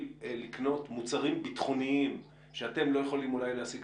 לקנות מוצרים ביטחוניים שאתם לא יכולים אולי להשיג